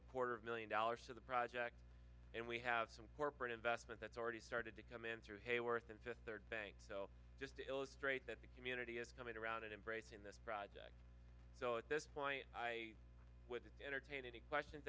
a quarter million dollars to the project and we have some corporate investment that's already started to come in through hayworth and their banks just to illustrate that community is coming around embracing this project so at this point i would entertain any questions